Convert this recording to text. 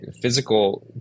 physical